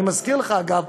אני מזכיר לך, אגב,